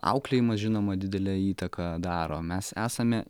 auklėjimas žinoma didelę įtaką daro mes esame